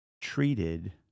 treated